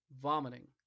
vomiting